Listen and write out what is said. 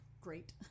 Great